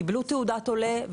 קיבלו תעודת עולה,